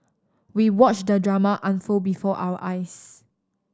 we watched the drama unfold before our eyes